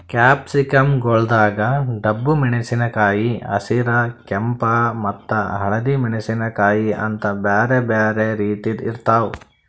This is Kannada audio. ಕ್ಯಾಪ್ಸಿಕಂ ಗೊಳ್ದಾಗ್ ಡಬ್ಬು ಮೆಣಸಿನಕಾಯಿ, ಹಸಿರ, ಕೆಂಪ ಮತ್ತ ಹಳದಿ ಮೆಣಸಿನಕಾಯಿ ಅಂತ್ ಬ್ಯಾರೆ ಬ್ಯಾರೆ ರೀತಿದ್ ಇರ್ತಾವ್